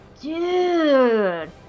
dude